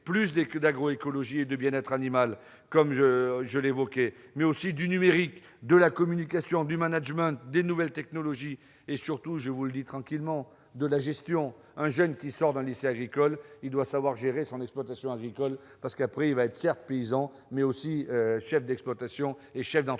plus d'agroécologie et de bien-être animal, mais aussi du numérique, de la communication, du management, des nouvelles technologies et- je vous le dis tranquillement -de la gestion. En effet, un jeune qui sort d'un lycée agricole doit savoir gérer son exploitation agricole : il sera certes paysan, mais aussi chef d'exploitation et chef d'entreprise.